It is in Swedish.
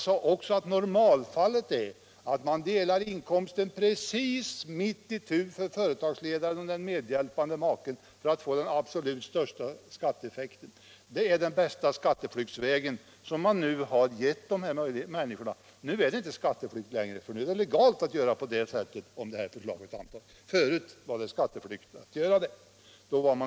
Jag sade att normalfallet blir att man delar inkomsten mitt itu mellan företagsledaren och medhjälpande maken för att få den absolut största skatteeffekten. Det är den bästa skatteflyktsvägen, som de här människorna får. Nu blir det inte skatteflykt längre, utan det blir legalt att göra på det sättet, om det här förslaget antas. Förut var det skatteflykt att göra så.